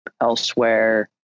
elsewhere